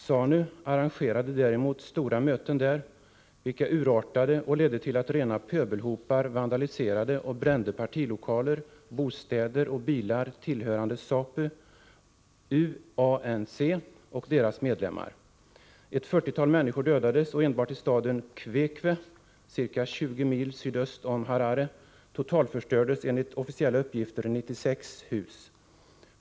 ZANU arrangerade däremot stora möten där, vilka urartade och ledde till att rena pöbelhopar vandaliserade och brände partilokaler, bostäder och bilar tillhöriga ZAPU, UANC och deras medlemmar. Ett 40-tal människor dödades och enbart i staden Kwekwe ca 20 mil sydväst om Harare totalförstördes enligt officiella uppgifter 96 hus.